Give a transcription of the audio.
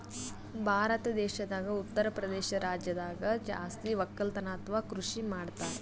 ಭಾರತ್ ದೇಶದಾಗ್ ಉತ್ತರಪ್ರದೇಶ್ ರಾಜ್ಯದಾಗ್ ಜಾಸ್ತಿ ವಕ್ಕಲತನ್ ಅಥವಾ ಕೃಷಿ ಮಾಡ್ತರ್